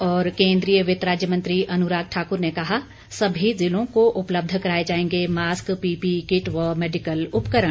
और केंद्रीय वित्त राज्य मंत्री अनुराग ठाकुर ने कहा सभी जिलों को उपलब्ध कराए जाएंगे मास्क पीपीई किट व मैडिकल उपकरण